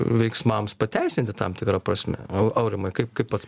veiksmams pateisinti tam tikra prasme au aurimai kaip kaip pats